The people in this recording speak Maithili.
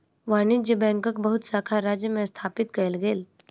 वाणिज्य बैंकक बहुत शाखा राज्य में स्थापित कएल गेल